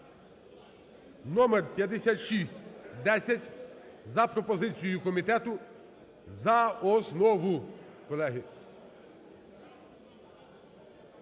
(№ 5610) за пропозицією комітету за основу,